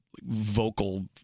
vocal